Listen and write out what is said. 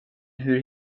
hur